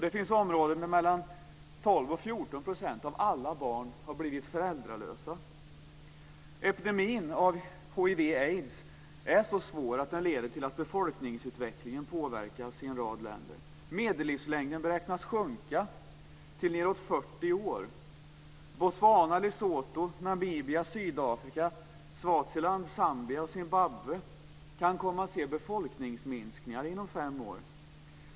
Det finns områden där mellan 12 % och 14 % av alla barn har blivit föräldralösa. Hiv/aids-epidemin är så svår att det leder till att befolkningsutvecklingen påverkas i en rad länder. Medellivslängden beräknas sjunka till nedåt 40 år. Botswana, Lesohto, Namibia, Sydafrika, Swaziland, Zambia och Zimbabwe kan komma att se befolkningsminskningar inom fem år.